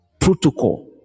protocol